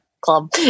Club